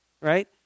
right